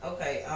Okay